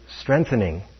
strengthening